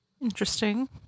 Interesting